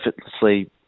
effortlessly